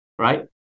right